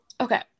okay